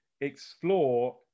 explore